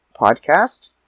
podcast